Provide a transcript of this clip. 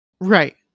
Right